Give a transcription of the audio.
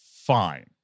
fine